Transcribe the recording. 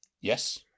Yes